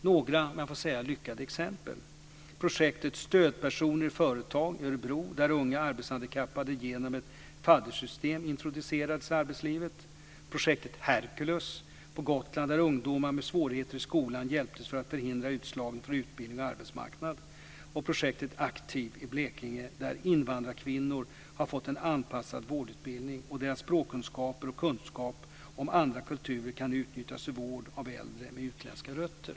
Några lyckade exempel är: projektet Stödpersoner i företag i Örebro, där unga arbetshandikappade genom ett faddersystem introducerades i arbetslivet; projektet Herkules på Gotland, där ungdomar med svårigheter i skolan hjälptes för att förhindra utslagning från utbildning och arbetsmarknad; projektet Aktiv i Blekinge, där invandrarkvinnor har fått en anpassad vårdutbildning, och deras språkkunskaper och kunskap om andra kulturer kan utnyttjas i vård av äldre med utländska rötter.